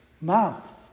mouth